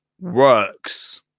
Works